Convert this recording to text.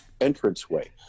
entranceway